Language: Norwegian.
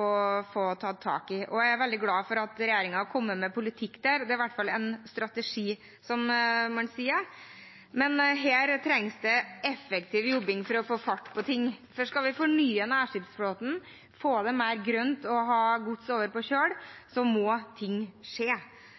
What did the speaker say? å få tatt tak i. Jeg er veldig glad for at regjeringen har kommet med politikk der, det er i hvert fall en strategi – som man sier. Men her trengs det effektiv jobbing for å få fart på ting, for skal vi fornye nærskipsflåten, få den mer grønn og få gods over på kjøl, må ting skje.